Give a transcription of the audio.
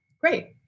great